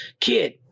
kid